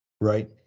Right